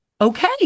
okay